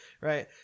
right